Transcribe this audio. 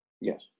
Yes